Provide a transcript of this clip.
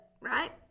Right